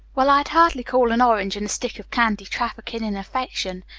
well, i'd hardly call an orange and a stick of candy traffickin' in affection,